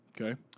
Okay